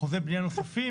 אחוזי בנייה נוספים,